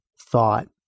thought